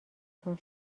تون